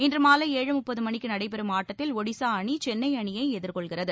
இன்று மாலை ஏழு முப்பது மணிக்கு நடைபெறும் ஆட்டத்தில் ஒடிசா அணி சென்னை அணியை எதிர்கொள்கிறது